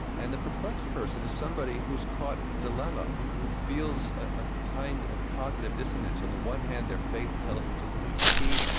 and the perplexed person is somebody who's caught in the dilemma, who who feels a kind of cognitive dissonance. on the one hand their faith tells them to believe p,